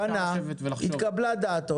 פנה, התקבלה דעתו.